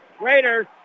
Raiders